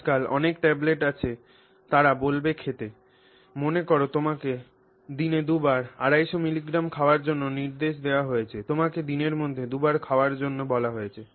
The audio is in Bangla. আজকাল অনেক ট্যাবলেট আছে তারা বলবে খেতে মনে কর তোমাকে দিনে দুবার 250 মিলিগ্রাম খাওয়ার জন্য নির্দেশ দেওয়া হয়েছে তোমাকে দিনের মধ্যে দুবার খাওয়ার জন্য বলা হয়েছে